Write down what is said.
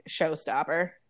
showstopper